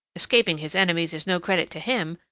escaping his enemies is no credit to him.